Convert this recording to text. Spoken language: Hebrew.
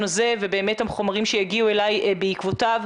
הזה ובאמת החומרים שיגיעו אלי בעקבותיו,